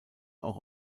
auch